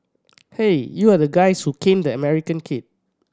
hey you are the guys who caned the American kid